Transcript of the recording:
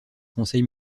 conseil